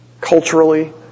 culturally